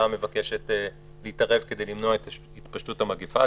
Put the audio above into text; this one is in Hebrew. מבקשת להתערב כדי למנוע את התפשטות המגפה.